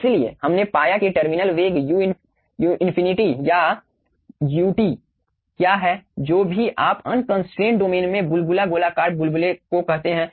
इसलिए हमने पाया कि टर्मिनल वेग यू इनफिनिटी या ut क्या है जो भी आप अनकंस्ट्रेंड डोमेन में बुलबुला गोलाकार बुलबुले को कहते हैं